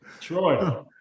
Troy